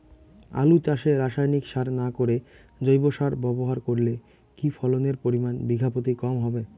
আলু চাষে রাসায়নিক সার না করে জৈব সার ব্যবহার করলে কি ফলনের পরিমান বিঘা প্রতি কম হবে?